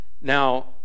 Now